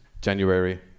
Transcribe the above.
January